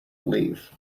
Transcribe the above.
leave